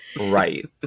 right